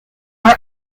are